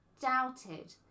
Doubted